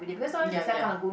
ya ya